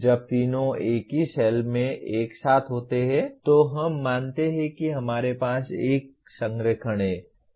जब तीनों एक ही सेल में एक साथ होते हैं तो हम मानते हैं कि हमारे पास एक सही संरेखण है